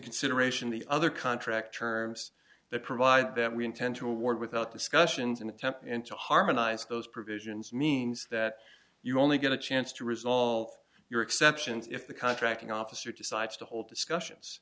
consideration the other contract terms they provide that we intend to award without discussions and attempt to harmonize those provisions means that you only get a chance to resolve your exceptions if the contracting officer decides to hold discussions